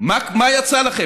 מה יצא לכם?